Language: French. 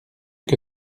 que